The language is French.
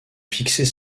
fixer